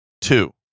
Two